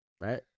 right